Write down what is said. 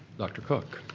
dr. cook.